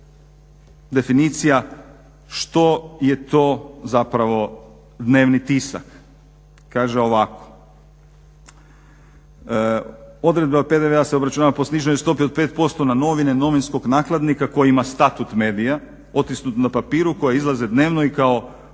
definicija što je to zapravo dnevni tisak. Kaže ovako. Odredba PDV-a se obračunava po sniženoj stopi od 5% na novine, novinskog nakladnika koji ima statut medija, otisnut na papiru koje izlaze dnevno i kao